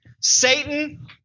Satan